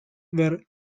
where